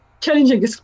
challenging